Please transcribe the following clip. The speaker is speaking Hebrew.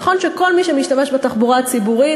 נכון שכל מי שמשתמש בתחבורה הציבורית,